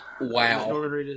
Wow